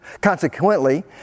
Consequently